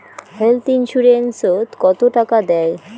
Health insurance ওত কত টাকা দেয়?